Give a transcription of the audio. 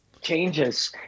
changes